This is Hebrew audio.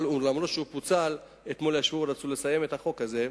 אבל אף-על-פי שהחוק הזה פוצל,